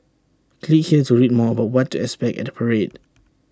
click here to read more about what expect at parade